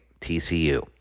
TCU